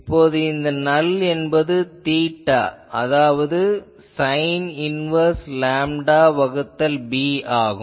இப்போது இந்த நல் என்பது தீட்டா அதாவது சைன் இன்வேர்ஸ் லேம்டா வகுத்தல் b ஆகும்